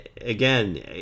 again